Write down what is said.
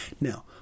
Now